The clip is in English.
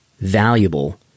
valuable